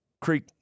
creek